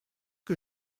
que